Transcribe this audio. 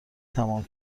تمام